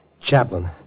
Chaplain